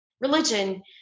religion